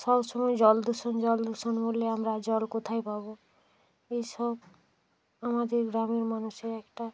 সব সময় জল দূষণ জল দূষণ হলে আমরা জল কোথায় পাবো এই সব আমাদের গ্রামের মানুষের একটা